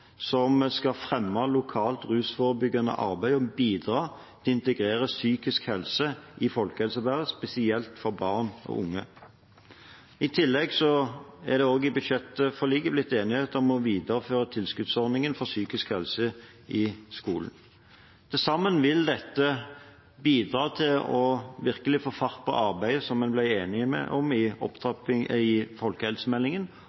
som skal fremme lokalt rusforebyggende arbeid og bidra til å integrere psykisk helse i folkehelsearbeidet, spesielt når det gjelder barn og unge. I tillegg er det i budsjettforliket blitt enighet om å videreføre tilskuddsordningen for psykisk helse i skolen. Til sammen vil dette bidra til virkelig å få fart på det arbeidet som en ble enig om i